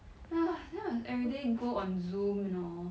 !hais! then must everyday go on Zoom you know